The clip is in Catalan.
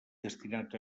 destinat